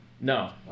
No